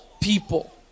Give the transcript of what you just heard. people